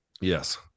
yes